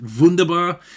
wunderbar